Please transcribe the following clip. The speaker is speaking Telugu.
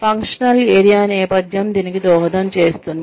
ఫంక్షనల్ ఏరియా నేపథ్యం దీనికి దోహదం చేస్తుంది